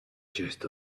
chest